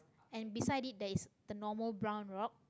and beside it there is the normal brown rock